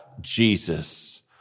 Jesus